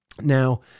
Now